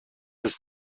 ist